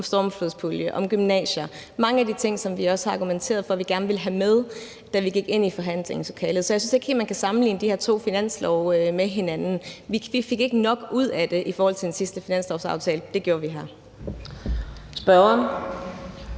en stormflodspulje, om gymnasier – mange af de ting, som vi også har argumenteret for at vi gerne ville have med, da vi gik ind i forhandlingslokalet. Så jeg synes ikke helt, man kan sammenligne de her to finanslove med hinanden. Vi fik ikke nok ud af det i den sidste finanslovsaftale; det gjorde vi her.